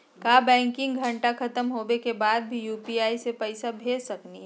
का बैंकिंग घंटा खत्म होवे के बाद भी यू.पी.आई से पैसा भेज सकली हे?